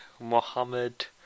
Mohammed